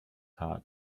heart